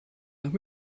nach